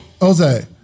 Jose